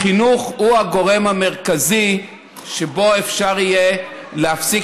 החינוך הוא הגורם המרכזי שבו אפשר יהיה להפסיק